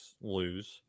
lose